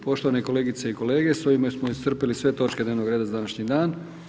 Poštovane kolegice i kolege s ovime smo iscrpili sve točke dnevnog reda za današnji dan.